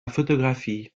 photographie